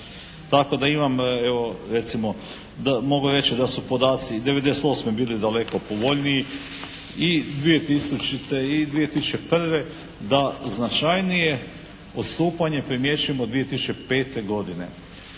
tako da imam evo recimo mogu reći da su podaci 98. bili daleko povoljniji i 2000. i 2001. da značajnije odstupanje primjećujemo 2005. godine.